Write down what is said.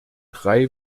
drei